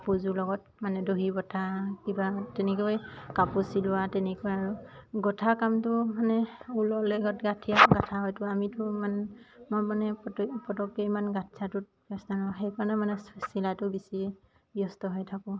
কাপোৰযোৰ লগত মানে দহি কিবা তেনেকৈ কাপোৰ চিলোৱা তেনেকুৱা আৰু গঁঠা কামটো মানে ঊলৰ লগত হয়তো আমিতো মান মই মানে প পতকে ইমান গাঁঠিয়াটোত ব্যস্ত সেইকাৰণে মানে চিলাইটো বেছি ব্যস্ত হৈ থাকোঁ